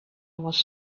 was